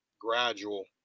gradual